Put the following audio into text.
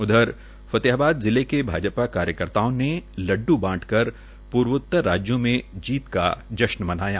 उधर फतेहाबाद जिले में भाजपा कार्यकर्ताओं ने लड्डू बांटकर पूर्वोत्तर राज्यों जीत का जश्न मनाया